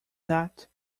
that